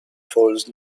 falls